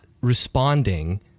responding